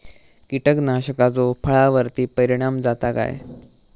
कीटकनाशकाचो फळावर्ती परिणाम जाता काय?